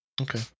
Okay